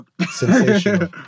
Sensational